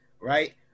right